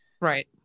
Right